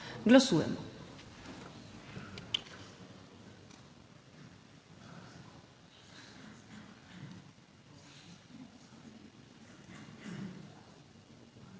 Glasujemo.